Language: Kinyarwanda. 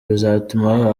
bizatuma